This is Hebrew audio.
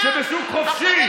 כשבשוק חופשי,